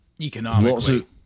Economically